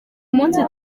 munsi